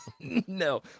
no